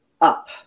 up